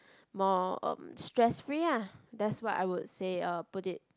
more um stress free ah that's what I would say uh put it